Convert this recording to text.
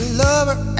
lover